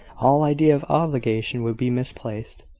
all idea of obligation would be misplaced.